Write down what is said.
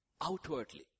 outwardly